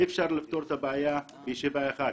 אי-אפשר לפתור את הבעיה בישיבה אחת.